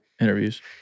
interviews